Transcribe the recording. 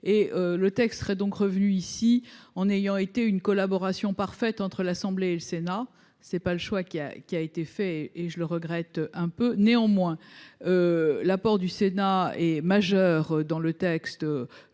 le texte serait donc revenu ici en ayant été une collaboration parfaite entre l'Assemblée et le Sénat. C'est pas le choix qui a qui a été fait et je le regrette un peu, néanmoins. L'apport du Sénat est majeur dans le texte.